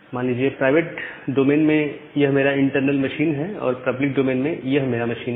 मान लीजिए private domain में यह मेरा इंटरनल मशीन है और पब्लिक डोमेन में मेरा मशीन यह है